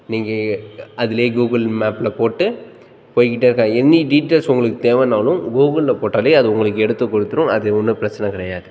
நீங்கள் அதிலே கூகுள் மேப்பில் போட்டு போய்கிட்டே இருக்கலாம் எனி டீட்டெயில்ஸ் உங்களுக்கு தேவைன்னாலும் கூகுளில் போட்டாலே அது உங்களுக்கு எடுத்துக் கொடுத்துரும் அது ஒன்றும் பிரச்சின கிடையாது